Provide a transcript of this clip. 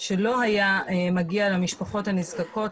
שלא היה מגיע למשפחות הנזקקות,